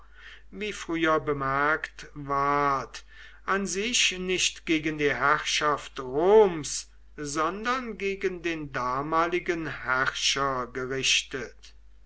wie früher bemerkt ward an sich nicht gegen die herrschaft roms sondern gegen den dermaligen herrscher gerichtet